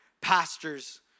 pastors